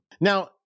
now